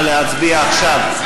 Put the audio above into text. נא להצביע עכשיו.